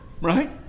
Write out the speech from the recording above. Right